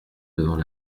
devant